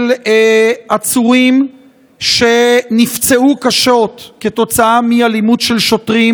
של עצורים שנפצעו קשות כתוצאה מאלימות של שוטרים,